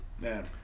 Man